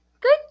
Good